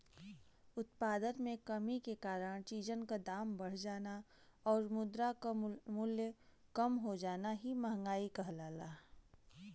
उत्पादन में कमी के कारण चीजन क दाम बढ़ जाना आउर मुद्रा क मूल्य कम हो जाना ही मंहगाई कहलाला